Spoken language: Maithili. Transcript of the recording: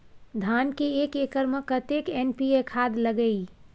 धान के एक एकर में कतेक एन.पी.ए खाद लगे इ?